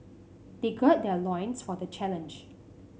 they gird their loins for the challenge